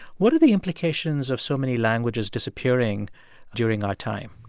what are the implications of so many languages disappearing during our time?